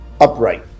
upright